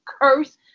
curse